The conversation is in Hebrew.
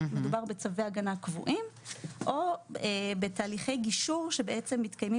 מדובר בצווי הגנה קבועים או בתהליכי גישור שמתקיימים